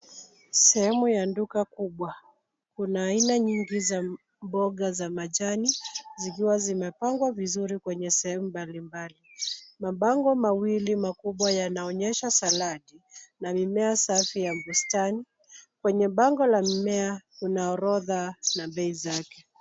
Sehemu ya duka kubwa. Kuna aina nyingi za mboga za majani zikiwa zimepangwa vizuri kwenye sehemu mbali mbali. Mabango mawili makubwa yanaonyesha saladi na mimea safi ya bustani. Kwenye bango la mmea, kuna orodha na bei zake.